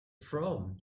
from